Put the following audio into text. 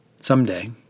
Someday